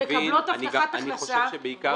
מקבלות הבטחת הכנסה --- אני מבין שבעיקר